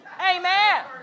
Amen